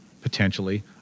potentially